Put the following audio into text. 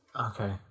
Okay